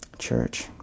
church